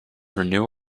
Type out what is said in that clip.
renew